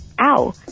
ow